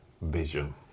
vision